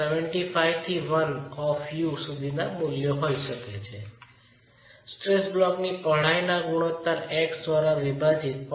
75 થી 1 of u સુધીના મૂલ્યો હોઈ શકે છે અને સ્ટ્રેસ બ્લોકની પહોળાઈના ગુણોત્તર x દ્વારા વિભાજિત 0